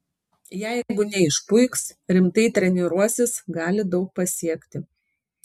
jeigu neišpuiks rimtai treniruosis gali daug pasiekti